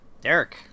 Derek